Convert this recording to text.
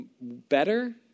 better